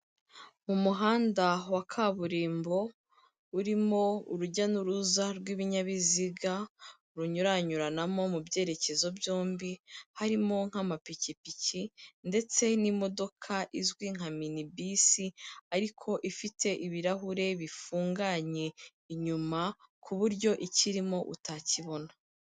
Umuhanda wa kaburimbo, urimo urujya n'uruza rw'ibinyabiziga, runyuranyuranamo mu byerekezo byombi, harimo nk'amapikipiki ndetse n'imodoka izwi nka minibisi ariko ifite ibirahure bifunganye inyuma ku buryo ikirimo utakibona.